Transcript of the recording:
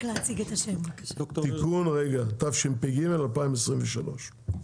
תיקון, התשפ"ג-2023.